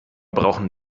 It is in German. brauchen